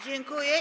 Dziękuję.